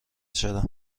چرا